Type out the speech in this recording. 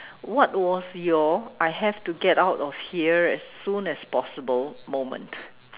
what was your I have to get out off here as soon as possible moment